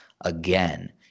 again